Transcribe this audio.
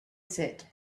said